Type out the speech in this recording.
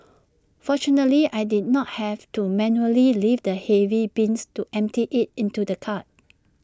fortunately I did not have to manually lift the heavy bins to empty IT into the cart